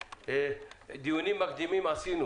דיונים מקדימים עשינו